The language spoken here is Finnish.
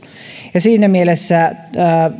siinä mielessä